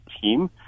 team